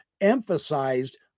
emphasized